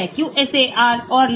QSAR और log p